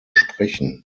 sprechen